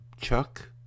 chuck